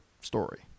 story